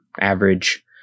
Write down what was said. average